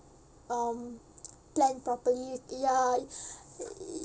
um plan properly ya